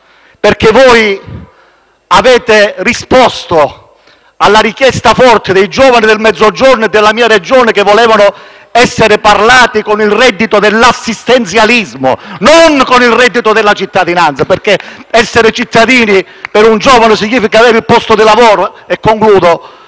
perché voi avete risposto alla richiesta forte dei giovani del Mezzogiorno e della mia Regione, che volevano «essere parlati», con il reddito dell'assistenzialismo e non con il reddito della cittadinanza, perché essere cittadini per un giovane significa avere il posto di lavoro. *(Applausi